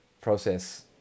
process